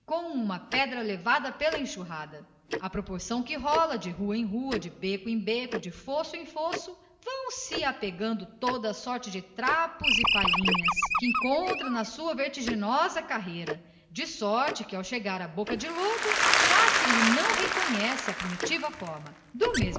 uma pedra levada pela enxurrada da chuva à proporção que rola de rua em rua de beco em beco de fosso em fosso vão se lhe apegando toda sorte de trapos e imundícias que encontra na sua vertiginosa carreira de sorte que ao chegar à boca de lobo já se lhe não reconhece a primitiva forma